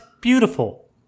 beautiful